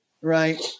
Right